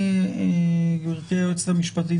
גברתי היועצת המשפטית,